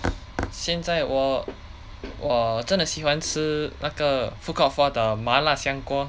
现在我我真的喜欢吃那个 food court four 的麻辣香锅